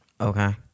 Okay